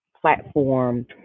platform